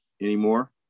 anymore